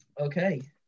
Okay